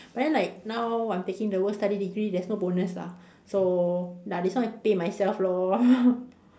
but then like now I'm taking the work study degree there's no bonus lah so ya this one I pay myself lor